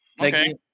okay